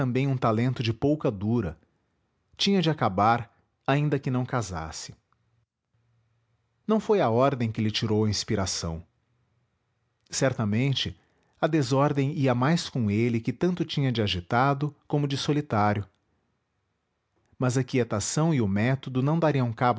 também um talento de pouca dura tinha de acabar ainda que não casasse não foi a ordem que lhe tirou a inspiração certamente a desordem ia mais com ele que tanto tinha de agitado como de solitário mas a quietação e o método não dariam